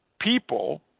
people